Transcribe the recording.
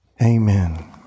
Amen